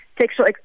sexual